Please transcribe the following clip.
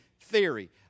theory